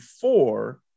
four